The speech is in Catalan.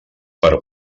per